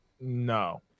No